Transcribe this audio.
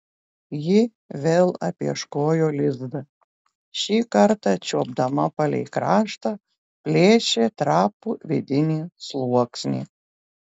ji vėl apieškojo lizdą šį kartą čiuopdama palei kraštą plėšė trapų vidinį sluoksnį